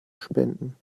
spenden